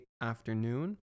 afternoon